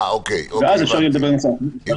זה